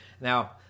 now